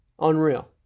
Unreal